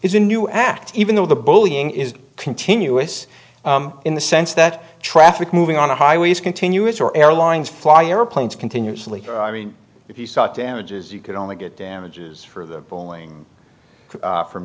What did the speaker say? is a new act even though the bullying is continuous in the sense that traffic moving on a highway is continuous or airlines fly airplanes continuously i mean if you saw damages you could only get damages for the bowling from